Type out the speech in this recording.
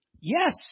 Yes